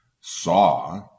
saw